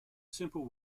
simple